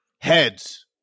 Heads